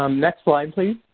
um next slide, please.